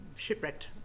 shipwrecked